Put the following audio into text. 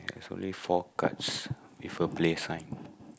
it's only four cards with a play sign